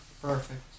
Perfect